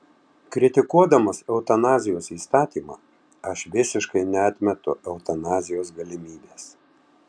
kritikuodamas eutanazijos įstatymą aš visiškai neatmetu eutanazijos galimybės